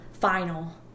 final